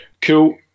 Cool